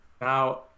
Now